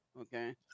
Okay